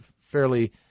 fairly